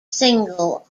single